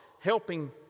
helping